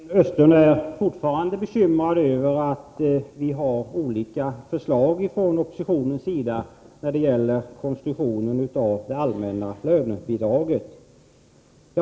Herr talman! Sten Östlund är fortfarande bekymrad över att vi i oppositionspartierna har olika förslag till konstruktion av det allmänna lönebidraget.